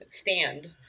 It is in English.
stand